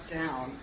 down